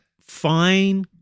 fine